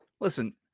Listen